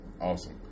Awesome